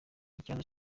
ikibazo